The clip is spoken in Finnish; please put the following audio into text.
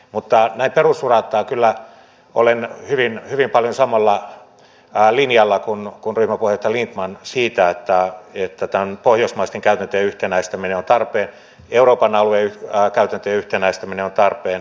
mutta näin perusuraltaan kyllä olen hyvin paljon samalla linjalla kuin ryhmäpuheenjohtaja lindtrman siitä että pohjoismaisten käytäntöjen yhtenäistäminen on tarpeen euroopan alueen käytäntöjen yhtenäistäminen on tarpeen